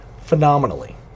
phenomenally